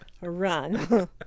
run